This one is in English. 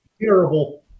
terrible